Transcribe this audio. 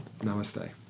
Namaste